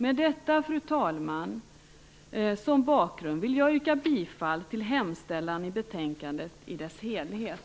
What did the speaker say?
Med detta som bakgrund, fru talman, vill jag yrka bifall till hemställan i betänkandet i dess helhet.